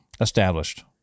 established